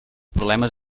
problemes